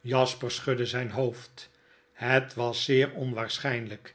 jasper schudt zyn hoofd het was zeer onwaarschynlijk